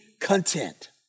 content